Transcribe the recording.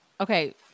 okay